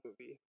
movie